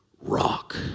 rock